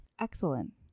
Excellent